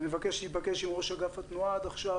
אני מבקש להיפגש עם ראש אגף התנועה, עד עכשיו